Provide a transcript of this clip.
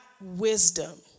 wisdom